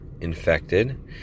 infected